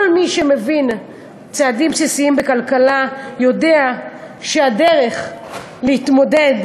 כל מי שמבין צעדים בסיסיים בכלכלה יודע שהדרך להתמודד,